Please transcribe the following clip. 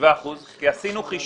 ה-7 אחוזים, כי עשינו חישוב.